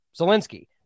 Zelensky